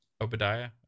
Obadiah